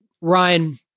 Ryan